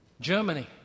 Germany